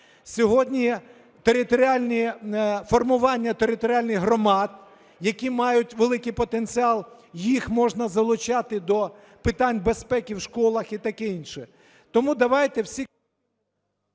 Сьогодні формування територіальних громад, які мають великий потенціал, їх можна залучати до питань безпеки в школах і таке інше.